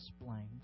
explained